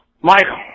Michael